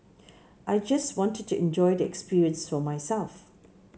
I just wanted to enjoy the experience for myself